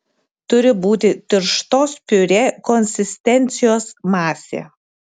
turi būti tirštos piurė konsistencijos masė